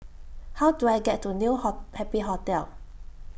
How Do I get to New Ho Happy Hotel